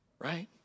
Right